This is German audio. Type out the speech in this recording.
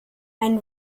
ein